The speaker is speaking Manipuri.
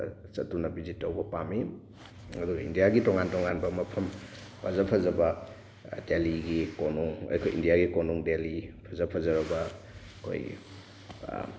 ꯗ ꯆꯠꯇꯨꯅ ꯚꯤꯁꯤꯠ ꯇꯧꯕ ꯄꯥꯝꯃꯤ ꯑꯗꯨꯒ ꯏꯟꯗꯤꯌꯥꯒꯤ ꯇꯣꯉꯥꯟ ꯇꯣꯉꯥꯟꯕ ꯃꯐꯝ ꯐꯖ ꯐꯖꯕ ꯗꯦꯜꯂꯤꯒꯤ ꯀꯣꯅꯨꯡ ꯑꯩꯈꯣꯏ ꯏꯟꯗꯤꯌꯥꯒꯤ ꯀꯣꯅꯨꯡ ꯗꯦꯜꯂꯤ ꯐꯖ ꯐꯖꯔꯕ ꯑꯩꯈꯣꯏꯒꯤ